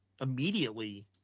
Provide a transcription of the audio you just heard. immediately